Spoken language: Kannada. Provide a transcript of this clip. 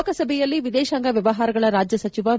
ಲೋಕಸಭೆಯಲ್ಲಿ ವಿದೇಶಾಂಗ ವ್ಯವಹಾರಗಳ ರಾಜ್ಯ ಸಚಿವ ವಿ